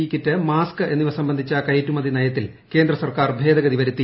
E kit mask എന്നിവ സംബന്ധിച്ച കയറ്റുമതി നയത്തിൽ കേന്ദ്രസർക്കാർ ഭേദഗതി വരുത്തി